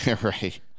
Right